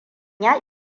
ya